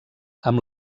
amb